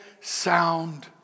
sound